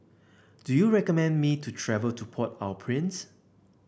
do you recommend me to travel to Port Au Prince